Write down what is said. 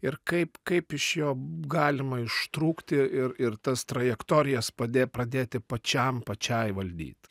ir kaip kaip iš jo galima ištrūkti ir ir tas trajektorijas padė pradėti pačiam pačiai valdyt